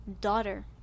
daughter